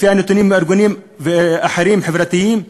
לפי נתוני ארגונים חברתיים אחרים,